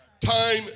Time